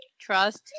trust